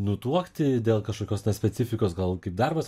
nutuokti dėl kažkokios na specifikos gal kaip darbas